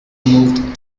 moved